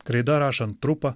kreida rašant trupa